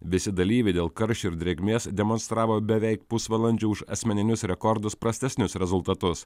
visi dalyviai dėl karščio ir drėgmės demonstravo beveik pusvalandžiu už asmeninius rekordus prastesnius rezultatus